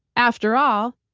after all,